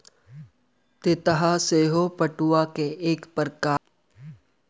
तितहा सेहो पटुआ के एक प्रकार मानल गेल अछि